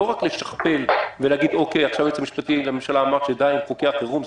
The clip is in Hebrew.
לא רק לשכפל ולהגיד שעכשיו היועץ המשפטי לממשלה אמר שדי עם חוקי החירום,